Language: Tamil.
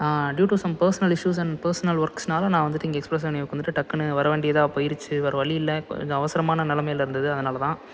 due to some personal issues and personal ஒர்க்ஸ்னால் நான் வந்துட்டு இங்கே எக்ஸ்பிரஸ் அவென்யூக்கு வந்துட்டு டக்குன்னு வர வேண்டியதாக போயிடுச்சி வேறே வழி இல்லை கொஞ்சம் அவசரமான நிலமையில இருந்தது அதனாலதான்